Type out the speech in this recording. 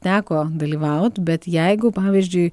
teko dalyvaut bet jeigu pavyzdžiui